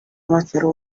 matter